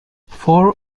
four